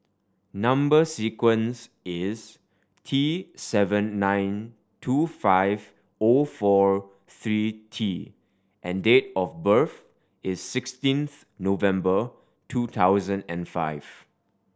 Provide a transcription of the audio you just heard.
number sequence is T seven nine two five O four three T and date of birth is sixteens November two thousand and five